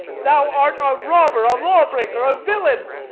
thou art a robber, a law-breaker, a villain.